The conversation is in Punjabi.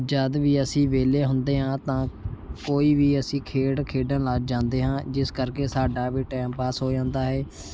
ਜਦ ਵੀ ਅਸੀਂ ਵਿਹਲੇ ਹੁੰਦੇ ਹਾਂ ਤਾਂ ਕੋਈ ਵੀ ਅਸੀਂ ਖੇਡ ਖੇਡਣ ਲੱਗ ਜਾਂਦੇ ਹਾਂ ਜਿਸ ਕਰਕੇ ਸਾਡਾ ਵੀ ਟਾਇਮ ਪਾਸ ਹੋ ਜਾਂਦਾ ਹੈ